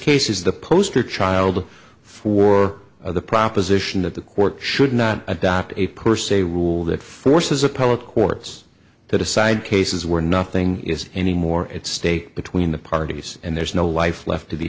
case is the poster child for the proposition that the court should not adopt a per se rule that forces appellate courts to decide cases where nothing is anymore at stake between the parties and there's no life left to be